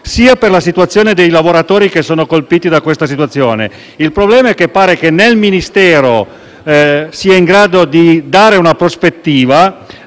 sia per la situazione dei lavoratori colpiti da tale situazione. Il problema è che né il Ministero sembra in grado di dare una prospettiva,